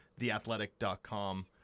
theathletic.com